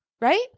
Right